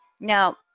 Now